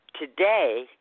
today